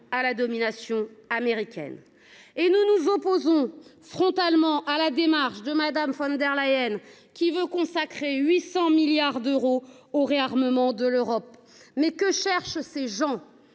à la domination américaine. Nous nous opposons frontalement à la démarche de Mme von der Leyen, laquelle veut consacrer 800 milliards d’euros au réarmement de l’Europe. Que cherchent ces gens ?